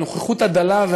אבל הנוכחות דלה,